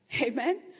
Amen